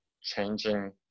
changing